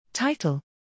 Title